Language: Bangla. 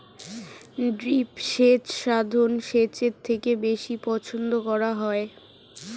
ড্রিপ সেচ সাধারণ সেচের থেকে বেশি পছন্দ করা হয়